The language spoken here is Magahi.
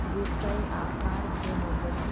बीज कई आकार के होबो हइ